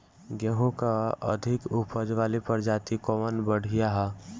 गेहूँ क अधिक ऊपज वाली प्रजाति कवन बढ़ियां ह?